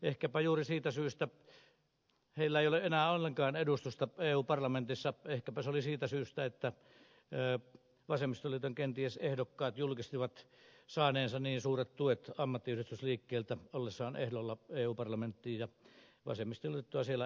ehkäpä juuri siitä syystä heillä ei ole enää ollenkaan edustusta eu parlamentissa että kenties vasemmistoliiton ehdokkaat julkistivat saaneensa niin suuret tuet ammattiyhdistysliikkeiltä ollessaan ehdolla eu parlamenttiin ja vasemmistoliittoa siellä ei enää näy